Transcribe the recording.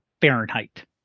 Fahrenheit